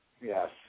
Yes